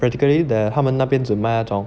practically their 他们那边只卖那种